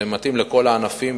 זה מתאים לכל הענפים,